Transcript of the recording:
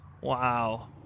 Wow